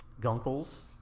Gunkles